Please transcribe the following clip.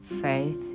faith